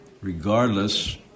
regardless